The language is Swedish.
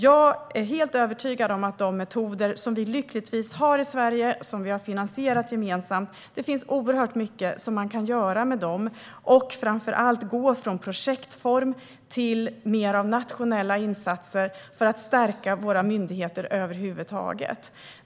Jag är helt övertygad om att det finns oerhört mycket vi kan göra med de metoder som lyckligtvis finns i Sverige och som vi har finansierat gemensamt. Framför allt kan vi gå från projektform till mer av nationella insatser för att stärka våra myndigheter över huvud taget.